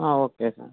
okay sir